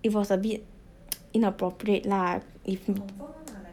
it was a bit inappropriate lah if you